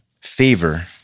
favor